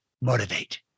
motivate